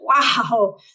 wow